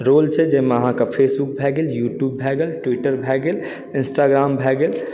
role छै जाहिमे अहाँके फेसबुक भए गेल युट्यूब भए गेल ट्विटर भए गेल इंस्टाग्राम भए गेल